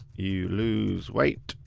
you lose weight